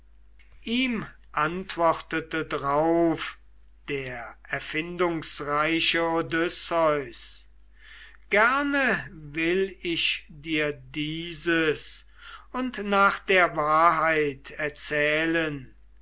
ihm antwortete drauf der erfindungsreiche odysseus gerne will ich dir dieses und nach der wahrheit erzählen